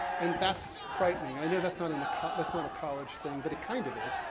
and that's frightening, i know that's not in the, that's not a college thing, but it kind of is.